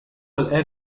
الآن